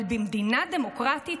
אבל במדינה דמוקרטית?